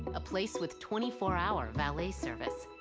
a place with twenty four hour valet service,